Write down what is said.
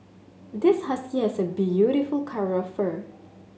this husky has a beautiful coat of fur